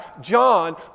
John